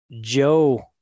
Joe